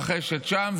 שמתרחשת שם,